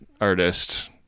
artist